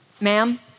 Ma'am